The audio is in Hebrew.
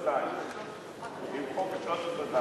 למחוק את סעיף 13(ז).